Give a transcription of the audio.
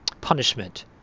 punishment